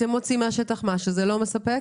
אתם מוצאים בשטח שזה לא מספק?